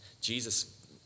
Jesus